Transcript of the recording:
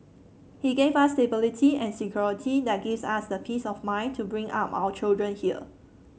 he gave us stability and security that gives us the peace of mind to bring up our children here